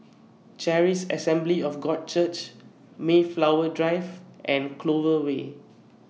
Charis Assembly of God Church Mayflower Drive and Clover Way